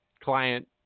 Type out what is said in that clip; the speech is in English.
client